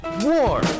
war